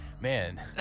man